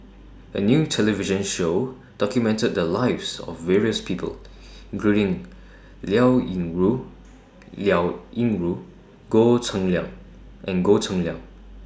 A New television Show documented The Lives of various People including Liao Yingru Liao Yingru and Goh Cheng Liang and Goh Cheng Liang